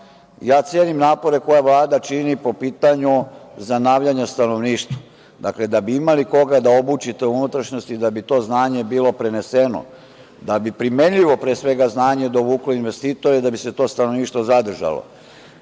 cenim napore koje Vlada čini po pitanju zanavljanja stanovništva. Dakle, da biste imali koga da obučite u unutrašnjosti, da bi to znanje bilo preneseno, da bi primenljivo, pre svega, znanje dovuklo investitore i da bi se to stanovništvo zadržalo,